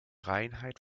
reinheit